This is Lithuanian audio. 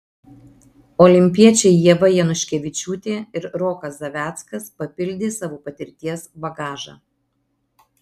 olimpiečiai ieva januškevičiūtė ir rokas zaveckas papildė savo patirties bagažą